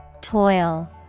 Toil